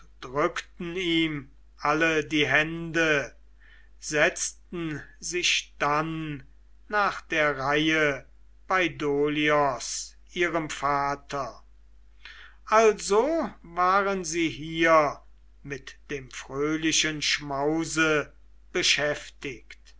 drückten ihm alle die hände setzten sich dann nach der reihe bei dolios ihrem vater also waren sie hier mit dem fröhlichen schmause beschäftigt